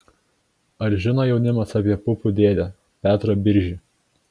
ar žino jaunimas apie pupų dėdę petrą biržį